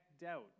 doubt